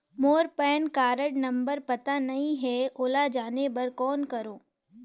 मोर PAN card number पता नहीं है, ओला जाने बर कौन करो?